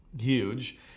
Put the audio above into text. huge